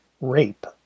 Rape